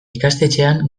ikastetxean